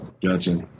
Gotcha